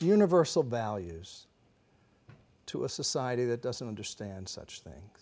universal values to a society that doesn't understand such